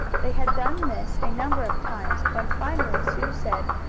they had done this a number of times, when finally sue said